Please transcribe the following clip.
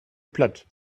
platt